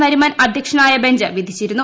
നരിമാൻ അധ്യക്ഷനായ ബെഞ്ച് വിധിച്ചിരുന്നു